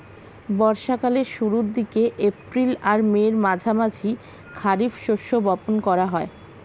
বর্ষা কালের শুরুর দিকে, এপ্রিল আর মের মাঝামাঝি খারিফ শস্য বপন করা হয়